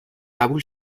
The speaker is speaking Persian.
قبول